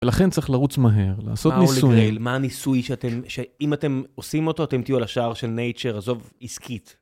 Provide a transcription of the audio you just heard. ולכן צריך לרוץ מהר, לעשות ניסוי. מה הניסוי שאם אתם עושים אותו, אתם תהיו על השער של nature, עזוב עסקית.